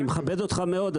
אני מכבד אותך מאוד,